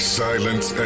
silence